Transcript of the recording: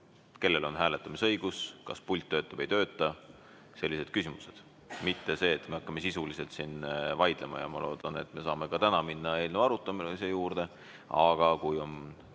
kellel on hääletamisõigus, kas pult töötab või ei tööta. Sellised küsimused. Mitte see, et me hakkame sisuliselt siin vaidlema. Ma loodan, et me saame ka täna minna eelnõu arutamise juurde, aga kui